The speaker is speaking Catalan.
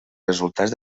resultats